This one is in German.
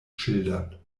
schildern